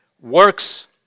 Works